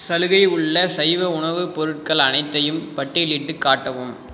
சலுகை உள்ள சைவ உணவுப் பொருட்கள் அனைத்தையும் பட்டியலிட்டுக் காட்டவும்